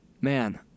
Man